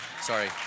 Sorry